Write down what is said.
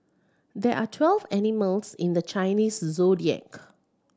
there are twelve animals in the Chinese Zodiac